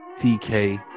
TK